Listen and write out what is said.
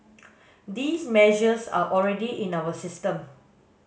these measures are already in our system